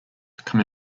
come